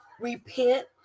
repent